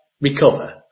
recover